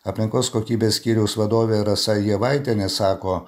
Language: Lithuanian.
aplinkos kokybės skyriaus vadovė rasa jievaitienė sako